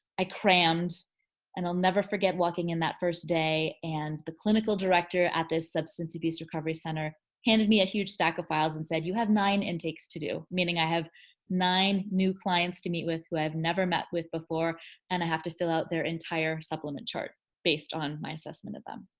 i crammed and i'll never forget walking in that first day and the clinical director at this substance abuse recovery center handed me a huge stack of files and said, you have nine intakes to do. meaning i have nine new clients to meet with who i've never met with before and i have to fill out their entire supplement chart based on my assessment of them.